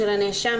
של הנאשם,